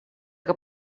que